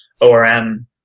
ORM